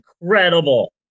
incredible